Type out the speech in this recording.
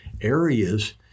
areas